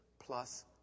plus